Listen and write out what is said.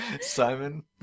Simon